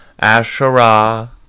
Asherah